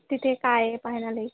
तिथे काय आहे पाहण्यालायक